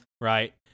Right